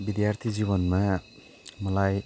विद्यार्थी जीवनमा मलाई